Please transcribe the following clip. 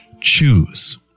choose